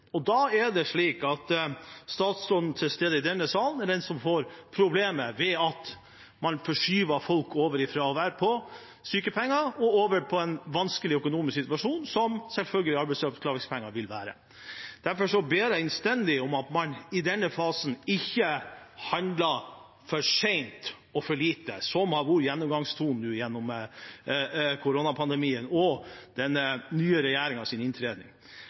Da er det statsråden som er til stede i denne salen, som får problemet, ved at man skyver folk fra å være på sykepenger over i en vanskelig økonomisk situasjon, som selvfølgelig arbeidsavklaringspenger vil være. Derfor ber jeg innstendig om at man i denne fasen ikke handler for sent og for lite, som har vært gjennomgangstonen nå gjennom koronapandemien og med den nye